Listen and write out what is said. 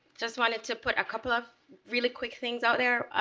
just wanted to put a couple of really quick things out there.